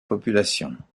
population